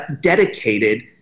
dedicated